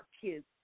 kids